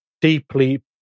deeply